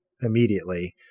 immediately